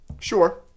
Sure